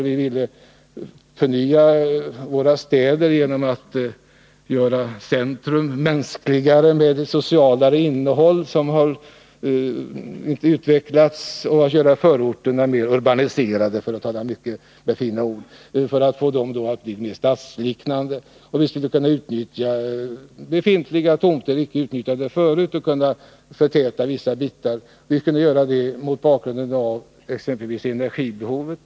Vi ville förnya våra städer genom att göra deras centra mänskligare och med ett mera socialt innehåll, och vi ville göra förorterna mera urbaniserade — för att använda ett fint ord — så att de blev mer stadsliknande. Vi skulle kunna utnyttja befintliga outnyttjade tomter och kunna förtäta vissa bitar. Detta skulle kunna göras med tanke på exempelvis energibehovet.